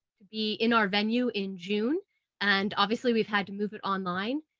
to be in our venue in june and obviously we've had to move it online,